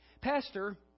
Pastor